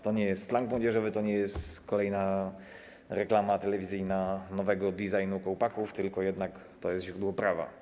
To nie jest slang młodzieżowy, to nie jest kolejna reklama telewizyjna nowego designu kołpaków, tylko jednak to jest źródło prawa.